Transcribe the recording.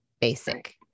basic